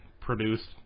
produced